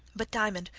but, diamond,